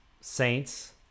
Saints